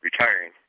retiring